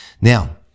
Now